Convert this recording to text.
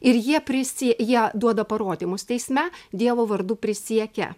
ir jie prisė jie duoda parodymus teisme dievo vardu prisiekia